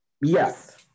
Yes